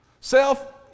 Self